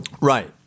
Right